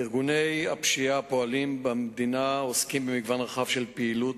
ארגוני הפשיעה הפועלים במדינה עוסקים במגוון רחב של פעילות